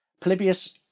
Polybius